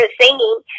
singing